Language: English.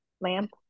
lamp